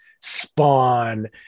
Spawn